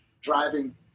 driving